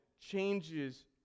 changes